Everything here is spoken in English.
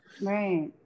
Right